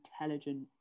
intelligent